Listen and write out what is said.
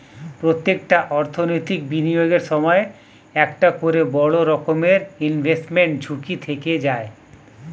প্রত্যেকটা অর্থনৈতিক বিনিয়োগের সময় একটা করে বড় রকমের ইনভেস্টমেন্ট ঝুঁকি থেকে যায়